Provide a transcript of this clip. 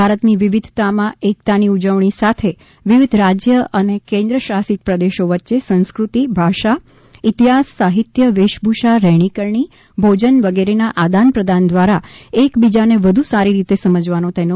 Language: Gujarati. ભારતની વિવિધતામાં એકતાની ઉજવણી સાથે વિવિધ રાજ્ય અને કેન્દ્ર શાષિત પ્રદેશો વચ્ચે સાંસ્કૃતિ ભાષા ઇતિહાસ સાહિત્ય વેશ ભુષા રહેણી કહેણી ભોજન વગેરે ના આદાન પ્રદાન દ્વારા એક બીજાને વધુ સારી રીતે સમજવાનો તેનો ઉદેશ છી